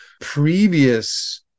previous